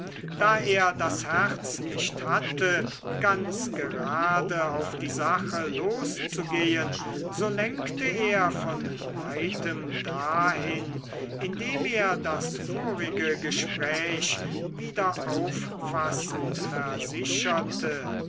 da er das herz nicht hatte ganz gerade auf die sache loszugehen so lenkte er von weitem dahin indem er das vorige gespräch wieder auffassend versicherte